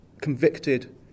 convicted